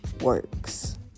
works